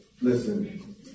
Listen